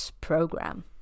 program